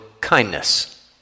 kindness